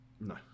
No